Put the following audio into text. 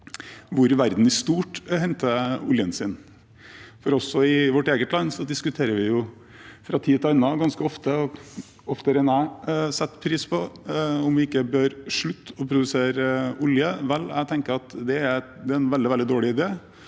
hvor verden i stort henter oljen sin. Også i vårt eget land diskuterer vi fra tid til annen – ganske ofte, og oftere enn jeg setter pris på – om vi ikke bør slutte å produsere olje. Jeg tenker det er en veldig, veldig dårlig idé.